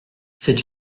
c’est